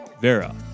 Vera